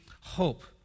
hope